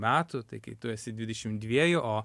metų tai kai tu esi dvidešim dviejų o